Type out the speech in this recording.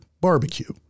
barbecue